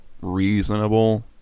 reasonable